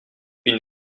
une